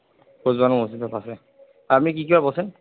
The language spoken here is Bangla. ঘোষবাগান মসজিদের পাশে আপনি কি কি বার বসেন